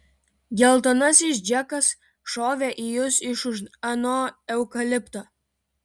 geltonasis džekas šovė į jus iš už ano eukalipto